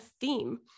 theme